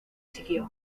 siguió